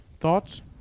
thoughts